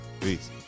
Peace